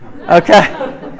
okay